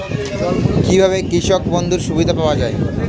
কি ভাবে কৃষক বন্ধুর সুবিধা পাওয়া য়ায়?